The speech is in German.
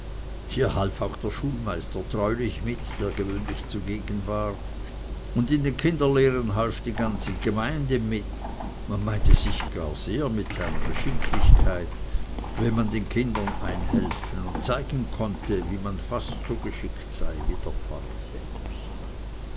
hier half auch der schulmeister treulich mit der gewöhnlich zugegen war und in den kinderlehren half die ganze gemeinde ein man meinte sich gar sehr mit seiner geschicklichkeit wenn man den kindern einhelfen und zeigen konnte wie man fast so geschickt sei wie der pfarrer selbst